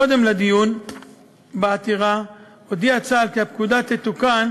קודם לדיון בעתירה הודיע צה"ל כי הפקודה תתוקן,